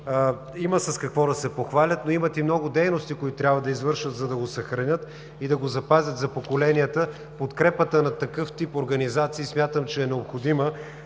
има с какво да се похвалят, но имат и много дейности, които трябва да извършват, за да го съхранят и да го запазят за поколенията. Подкрепата на такъв тип организации смятам, че е необходима,